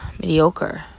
mediocre